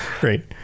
Great